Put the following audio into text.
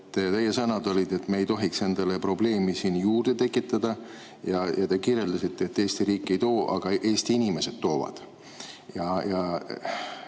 Teie sõnad olid "me ei tohiks endale siin probleeme juurde tekitada" ja te kirjeldasite, et Eesti riik ei too, aga Eesti inimesed toovad. Ma